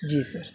جی سر